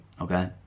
okay